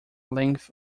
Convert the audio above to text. length